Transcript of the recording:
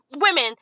women